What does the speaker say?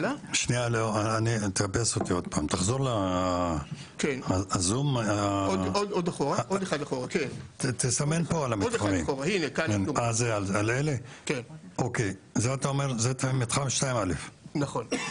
זה מתחם 2א'. נכון.